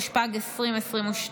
התשפ"ג 2022,